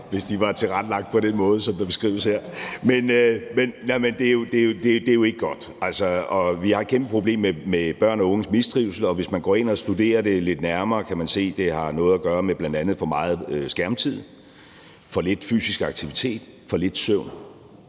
hvis de var tilrettelagt på den måde, der beskrives her. Men det er jo ikke godt. Vi har et kæmpe problem med børn og unges mistrivsel, og hvis man går ind og studerer det lidt nærmere, kan man se, at det bl.a. har noget at gøre med for meget skærmtid, for lidt fysisk aktivitet og for lidt søvn.